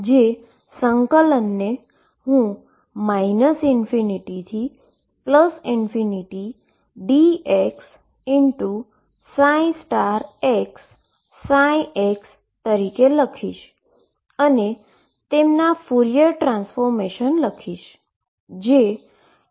જે આ ઈન્ટીગ્રેશન ને હું ∞ dx xψ તરીકે લખીશ અને તેમના ફુરિયર ટ્રાન્સફોર્મેશન લખીશ